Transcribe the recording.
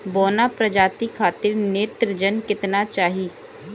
बौना प्रजाति खातिर नेत्रजन केतना चाही?